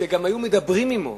שגם היו מדברים עמו,